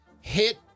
hit